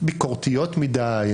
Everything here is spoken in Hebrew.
ביקורתיות מידי,